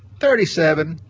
thirty seven,